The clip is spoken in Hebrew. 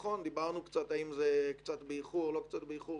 דיברנו קצת, אם זה קצת באיחור או לא באיחור,